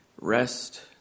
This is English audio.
rest